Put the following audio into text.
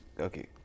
okay